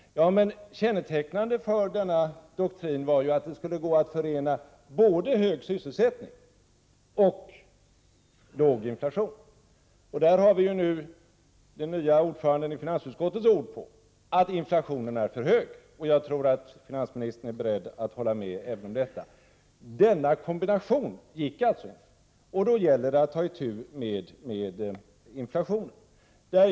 Men kännetecknande för denna doktrin var ju att det skulle gå att förena hög sysselsättning och låg inflation. Vi har ju den nye ordförandens i finansutskottet ord på att inflationen är för hög, och jag tror att finansministern är beredd att hålla med om även detta. Denna kombination gick alltså inte, och därför gäller det att ta itu med inflationen.